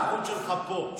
האבסורד הוא הנוכחות שלך פה.